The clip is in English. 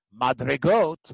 Madrigot